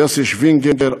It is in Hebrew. יוסי שווינגר,